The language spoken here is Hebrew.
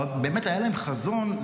באמת, היה להם חזון.